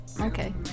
Okay